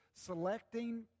selecting